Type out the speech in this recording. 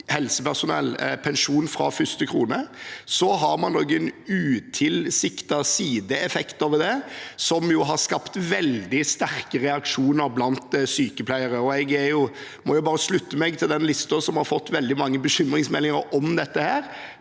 helsepersonell pensjon fra første krone. Så har man noen utilsiktede sideeffekter ved det, som har skapt veldig sterke reaksjoner blant sykepleiere, og jeg må bare slutte meg til listen over dem som har fått veldig mange bekymringsmeldinger om dette.